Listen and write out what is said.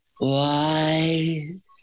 Wise